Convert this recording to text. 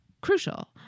crucial